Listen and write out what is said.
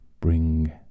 bring